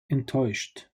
enttäuscht